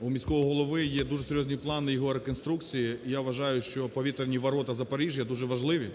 у міського голови є дуже серйозні плани його реконструкції. Я вважаю, що повітряні ворота Запоріжжя дуже важливі,